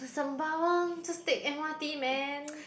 Sembawang just take m_r_t man